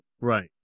right